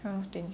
kind of thing